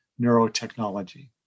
neurotechnology